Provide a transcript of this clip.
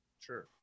Sure